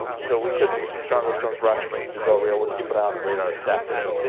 so we could see some stronger storms rocksprings to del rio will keep an eye on the radar this afternoon.